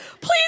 please